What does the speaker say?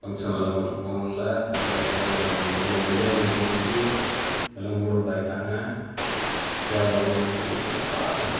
function நல்ல முறையில் போ முடியல ஃபேமிலியாக அன்னைக்குள்ளே என்ஜாய்மெண்ட் போயிடுச்சு எல்லாம் மூட் அவுட் ஆயி விட்டாங்க கேப் வரலன்னு சொல்லிவிட்டு பாருங்கள்